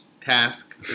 task